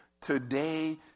today